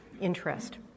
interest